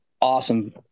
awesome